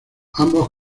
ambos